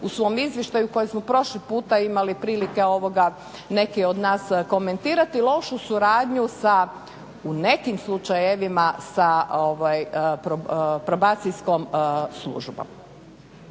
u svom izvještaju koje smo prošli puta imali prilike ovoga neki od nas komentirati, lošu suradnju sa u nekim slučajevima sa Probacijskom službom.